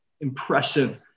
impressive